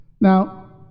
Now